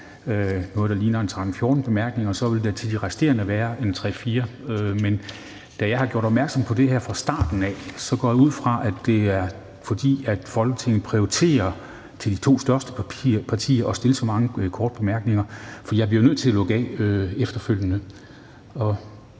noget, der ligner en 13, 14 bemærkninger, og så vil der til de resterende være en 3, 4 bemærkninger. Da jeg har gjort opmærksom på det her fra starten af, går jeg ud fra, at det handler om, at Folketinget prioriterer at komme med så mange korte bemærkninger til de to største partier. Jeg bliver nødt til at lukke af efterfølgende.